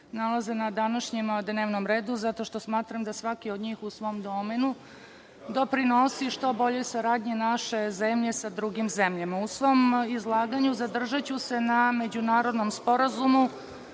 nalaze na današnjem dnevnom redu, zato što smatram da svaki od njih u svom domenu doprinosi što boljoj saradnji naše zemlje sa drugim zemljama.U svom izlaganju zadržaću se na međunarodnom Sporazumu